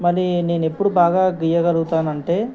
మళ్ళీ నేను ఎప్పుడు బాగా గీయగలుగుతాను అంటే